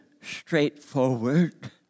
straightforward